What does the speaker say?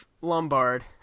Lombard